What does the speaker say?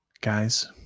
Guys